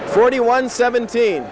forty one seventeen